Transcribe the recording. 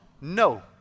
No